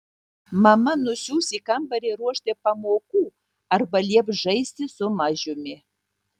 mama nusiųs į kambarį ruošti pamokų arba lieps žaisti su mažiumi